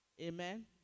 Amen